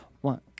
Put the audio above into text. One